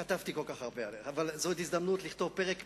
כתבתי כל כך הרבה עליך, פרק מפואר.